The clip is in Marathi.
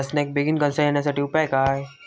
नाचण्याक बेगीन कणसा येण्यासाठी उपाय काय?